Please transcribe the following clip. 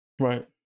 right